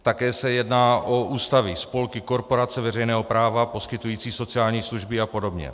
Také se jedná o ústavy, spolky, korporace veřejného práva poskytující sociální služby apod.